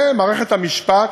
ומערכת המשפט